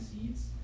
seeds